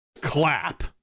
clap